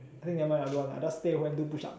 I think never mind just stay at home to do push up